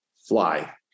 Fly